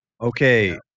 Okay